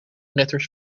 letters